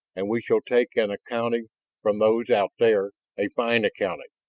and we shall take an accounting from those out there a fine accounting!